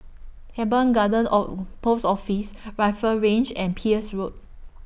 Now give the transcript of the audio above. Teban Garden of Post Office Rifle Range and Peirce Road